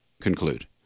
conclude